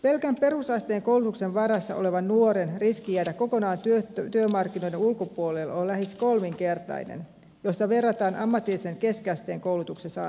pelkän perusasteen koulutuksen varassa olevan nuoren riski jäädä kokonaan työmarkkinoiden ulkopuolelle on lähes kolminkertainen jos sitä verrataan ammatillisen keskiasteen koulutuksen saaneisiin